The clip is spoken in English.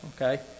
okay